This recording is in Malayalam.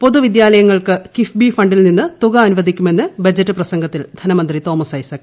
പൊതു വിദ്യാലയങ്ങൾക്ക് കിഫ്ബി ഫണ്ടിൽ നിന്ന് തുക അനുവദിക്കുമെന്ന് ബജറ്റ് പ്രസംഗത്തിൽ ധനമന്ത്രി തോമസ് ഐസക്